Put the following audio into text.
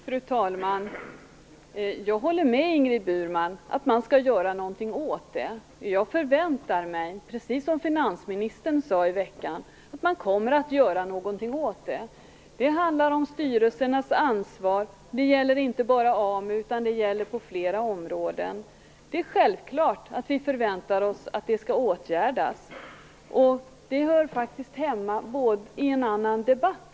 Fru talman! Jag håller med Ingrid Burman om att man skall göra någonting åt det här. Jag förväntar mig, precis som finansministern sade i veckan, att man kommer att göra någonting åt det. Det handlar om styrelsernas ansvar. Det gäller inte bara AMU, utan det gäller på flera områden. Det är självklart att vi förväntar oss att det skall åtgärdas. Det här hör dessutom faktiskt hemma i en annan debatt.